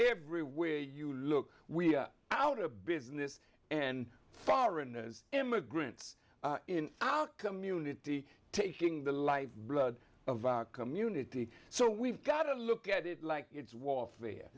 everywhere you look we are out of business and foreigners immigrants in our community taking the life blood of our community so we've got to look at it like it's warfare